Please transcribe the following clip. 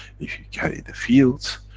if you carry the fields,